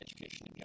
education